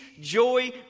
joy